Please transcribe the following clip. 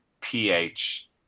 PH